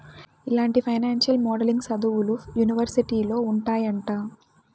ఇలాంటి financial modelling సదువులు యూనివర్సిటీలో ఉంటాయంట